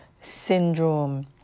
syndrome